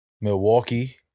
Milwaukee